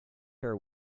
her